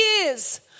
years